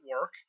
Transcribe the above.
work